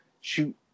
shoot